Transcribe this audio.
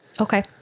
Okay